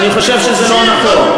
ואני חושב שזה לא נכון,